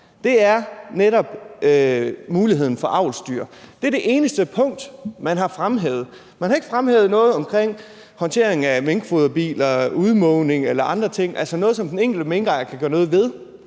Det er netop muligheden for avlsdyr. Det er det eneste punkt, man har fremhævet. Man har ikke fremhævet noget om håndteringen af minkfoderbiler, udmugning eller andre ting, altså noget, som den enkelte minkejer kan gøre noget ved.